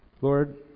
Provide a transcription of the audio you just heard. Lord